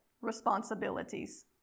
responsibilities